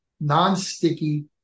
non-sticky